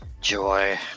Joy